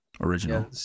Original